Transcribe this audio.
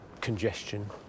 congestion